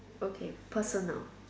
okay personal